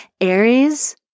Aries